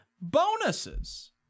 bonuses